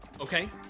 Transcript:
Okay